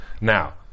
Now